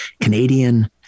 Canadian